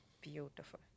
Beautiful